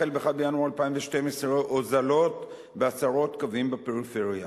החל ב-1 בינואר 2012 הוזלות בעשרות קווים בפריפריה.